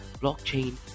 blockchain